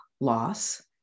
loss